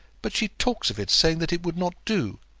but she talks of it, saying that it would not do.